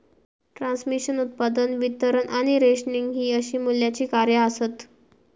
transmission, उत्पादन, वितरण आणि रेशनिंग हि अशी मूल्याची कार्या आसत